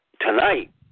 tonight